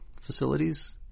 facilities